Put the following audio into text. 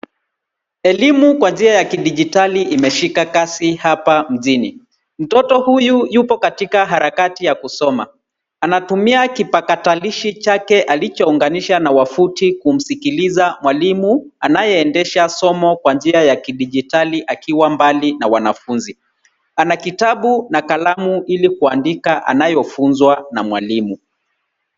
Elimu kwa njia ya kidijitali imeshika kasi hapa mjini. Mtoto huyu yupo katika harakati ya kusoma. Anatumia kipakatalishi chake alichounganisha na wavuti kumsikiliza mwalimu anayeendesha somo kwa njia ya kidijitali akiwa mbali na wanafunzi. Ana kitabu na kalamu ili kuandika anayofunzwa na mwalimu.